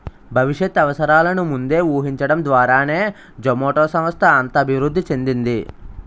భవిష్యత్ అవసరాలను ముందే ఊహించడం ద్వారానే జొమాటో సంస్థ అంత అభివృద్ధి చెందింది